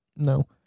No